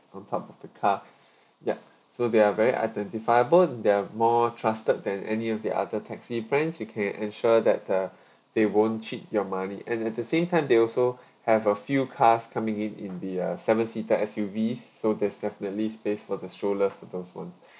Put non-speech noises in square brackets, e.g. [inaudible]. on top of the car [breath] yup so they are very identifiable they are more trusted than any of the other taxi plans you can ensure that uh they won't cheat your money and at the same time they also have a few cars coming in in the uh seven seater S_U_Vs so there's definitely space for the stroller for those who want